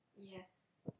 Yes